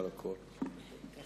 על